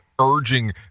urging